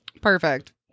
Perfect